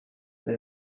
that